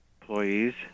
employees